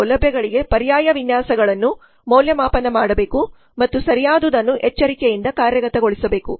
ಆ ಸೌಲಭ್ಯಗಳಿಗೆ ಪರ್ಯಾಯ ವಿನ್ಯಾಸಗಳನ್ನು ಮೌಲ್ಯಮಾಪನ ಮಾಡಬೇಕು ಮತ್ತು ಸರಿಯಾದದನ್ನು ಎಚ್ಚರಿಕೆಯಿಂದ ಕಾರ್ಯಗತಗೊಳಿಸಬೇಕು